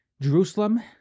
Jerusalem